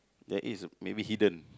there is uh maybe hidden